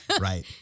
Right